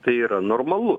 tai yra normalu